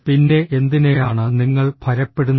പിന്നെ എന്തിനെയാണ് നിങ്ങൾ ഭയപ്പെടുന്നത്